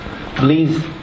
Please